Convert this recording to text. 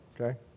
Okay